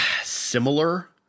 similar